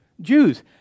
Jews